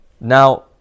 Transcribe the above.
Now